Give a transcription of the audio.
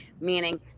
meaning